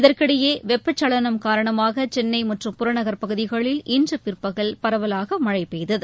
இதற்கிடையே வெப்பச்சலனம் காரணமாக சென்னை மற்றும் புறநகர் பகுதிகளில் இன்று பிற்பகல் பரவலாக மழை பெய்தது